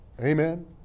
Amen